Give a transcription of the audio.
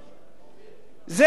זה לבד שווה,